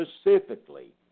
specifically